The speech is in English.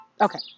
Okay